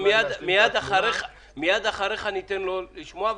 מיד אחריך ניתן לו לשמוע,